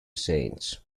saints